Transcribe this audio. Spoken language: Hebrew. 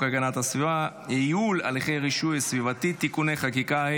הגנת הסביבה (ייעול הליכי רישוי סביבתי) (תיקוני חקיקה),